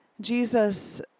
Jesus